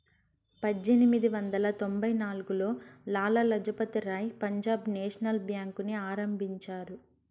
పజ్జేనిమిది వందల తొంభై నాల్గులో లాల లజపతి రాయ్ పంజాబ్ నేషనల్ బేంకుని ఆరంభించారు